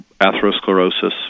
atherosclerosis